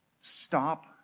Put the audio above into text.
Stop